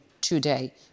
today